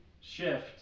shift